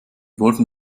wollten